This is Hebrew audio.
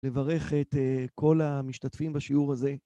לברך את כל המשתתפים בשיעור הזה